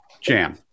jam